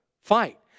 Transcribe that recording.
fight